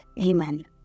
Amen